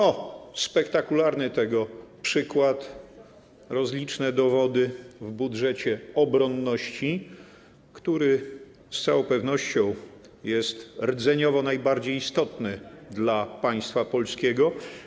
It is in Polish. O, spektakularny tego przykład: rozliczne dowody są w budżecie obronności, który z całą pewnością jest rdzeniowo najbardziej istotny dla państwa polskiego.